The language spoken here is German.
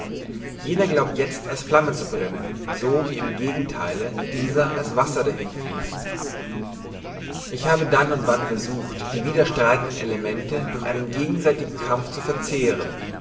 jener glaubt jezt als flamme zu brennen so wie im gegentheile dieser als wasser dahin fließt ich habe dann und wann versucht die widerstreitenden elemente durch einen gegenseitigen kampf zu verzehren